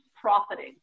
profiting